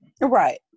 Right